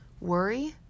worry